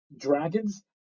dragons